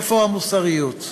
איפה המוסריות?